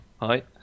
Hi